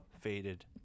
faded